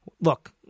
look